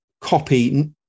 copy